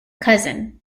cousin